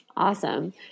awesome